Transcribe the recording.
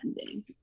ending